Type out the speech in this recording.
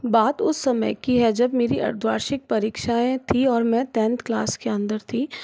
बात उस समय की है जब मेरी अर्धवार्षिक परीक्षाएँ थी और मैं टेन्थ क्लास के अंदर थी